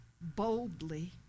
boldly